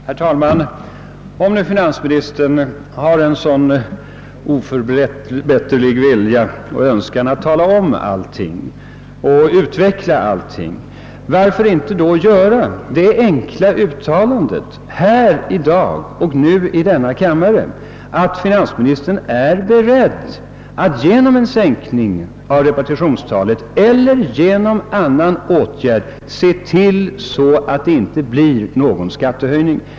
Herr talman! Om finansministern har en sådan oförbätterlig benägenhet att tala om och utveckla allting, varför då inte också göra det enkla uttalandet i denna kammare i dag, att finansministern är beredd att genom en sänkning av repartitionstalet eller annan åtgärd se till att det inte blir några skattehöjningar?